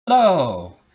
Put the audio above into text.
Hello